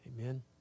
Amen